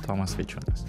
tomas vaičiūnas